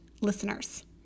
Listeners